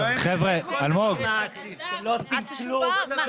אתם לא עושים כלום.